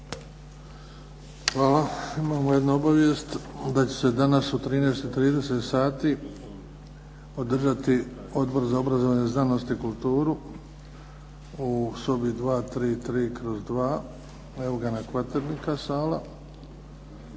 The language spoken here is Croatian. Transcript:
Hvala. Imamo jednu obavijest, da će se danas u 13 i 30 sati održati Odbor za obrazovanje, znanost i kulturu u sobi 233/2 "Eugena Kvaternika" sala.